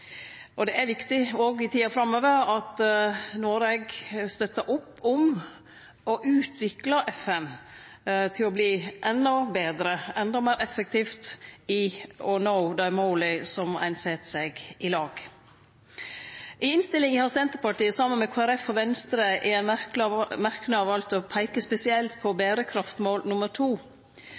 har. Det er viktig òg i tida framover at Noreg støttar opp om å utvikle FN til å verte endå betre – endå meir effektiv i nå dei måla ein set seg i lag. I innstillinga har Senterpartiet, saman med Kristeleg Folkeparti og Venstre, i ein merknad valt å peike spesielt på FNs berekraftsmål nummer to,